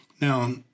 Now